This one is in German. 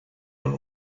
und